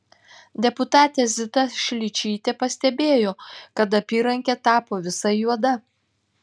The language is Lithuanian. deputatė zita šličytė pastebėjo kad apyrankė tapo visa juoda